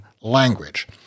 language